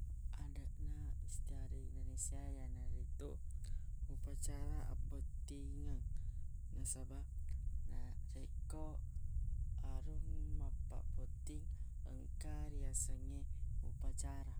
Adeq na istiadeq indonesiae yanaritu upacara abbottingeng nasabaq narekko arung mappabbotting engka riasengnge upacara